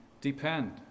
depend